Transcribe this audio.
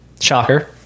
shocker